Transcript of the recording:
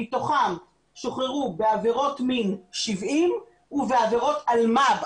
מתוכם שוחררו בעבירות מין 70 ובעבירות אלמ"ב,